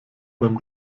beim